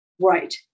Right